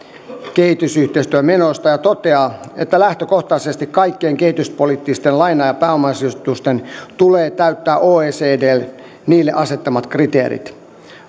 kehitysyhteistyömenoissa ja toteaa että lähtökohtaisesti kaikkien kehityspoliittisten laina ja pääomasijoitusten tulee täyttää oecdn niille asettamat kriteerit